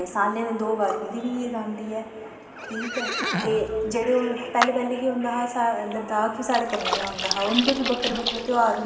ते साल्ले दी दो बार उं'दी बी इद आंदी ऐ ठीक ऐ ते जेह्ड़े पैह्ले पैह्ले केह् होंदा हा लद्दाख बी साढ़े कन्नै गै होंदा हा उं'दे बी बक्खरे बक्खरे ध्यार होंदे हे